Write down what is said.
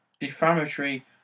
defamatory